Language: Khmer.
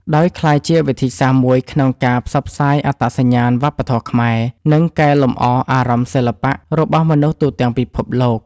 ដោយក្លាយជាវិធីសាស្រ្តមួយក្នុងការផ្សព្វផ្សាយអត្តសញ្ញាណវប្បធម៌ខ្មែរ និងកែលម្អអារម្មណ៍សិល្បៈរបស់មនុស្សទូទាំងពិភពលោក។